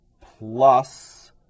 plus